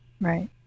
right